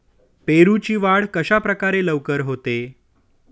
पेरूची वाढ कशाप्रकारे लवकर होते?